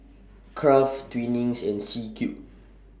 Kraft Twinings and C Cube